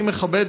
אני מכבד,